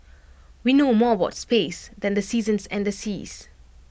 we know more about space than the seasons and the seas